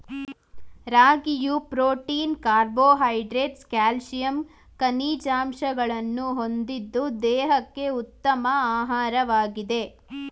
ರಾಗಿಯು protein carbohydrates calcium ಖನಿಜಾಂಶಗಳನ್ನು ಹೊಂದಿದ್ದು ದೇಹಕ್ಕೆ ಉತ್ತಮ ಆಹಾರವಾಗಿದೆ